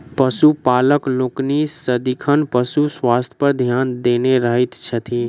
पशुपालक लोकनि सदिखन पशु स्वास्थ्य पर ध्यान देने रहैत छथि